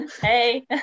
Hey